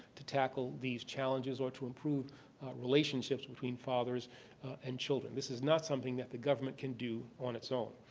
to tackle these challenges or to improve relationships between fathers and children. this is not something that the government can do on its own.